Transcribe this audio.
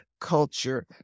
culture